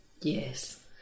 yes